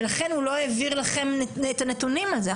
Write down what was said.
ולכן הוא לא העביר לכם את הנתונים על זה.